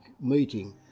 meeting